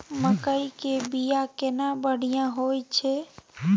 मकई के बीया केना बढ़िया होय छै?